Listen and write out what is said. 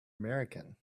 american